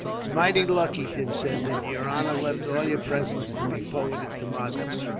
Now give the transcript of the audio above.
it's mighty lucky, tim said, that yer honor left all your presents to be forwarded to madras.